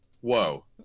whoa